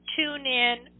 TuneIn